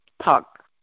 talk